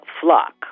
flock